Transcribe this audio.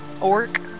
Orc